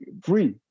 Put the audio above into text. free